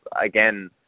again